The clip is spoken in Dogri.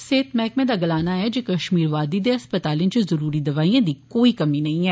सेहत मैहकमे दा गलाना ऐ जे कश्मीर वादी दे अस्पतालें च ज़रूरी दवाइएं दी कोई कमी नेंई ऐ